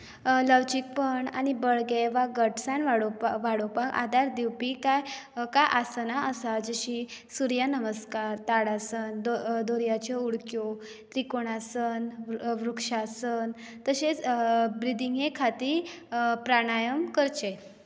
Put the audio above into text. लवचीकपण आनी बळगें वा घटसाण वाडोवपाक आदार दिवपी कांय कांय आसना आसात जशीं सुर्य नमस्कार धाडअसन दोरयाच्यो उडक्यो त्रिकोणासन वृक्षासन तशेंच ब्रिदींगे खातीर प्राणायम करचें